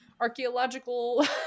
Archaeological